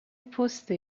پست